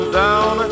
down